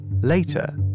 Later